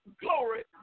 glory